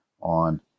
on